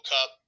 Cup